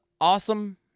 awesome